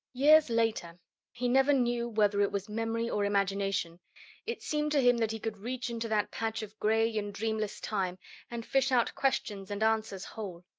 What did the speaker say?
years later he never knew whether it was memory or imagination it seemed to him that he could reach into that patch of gray and dreamless time and fish out questions and answers whole,